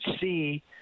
see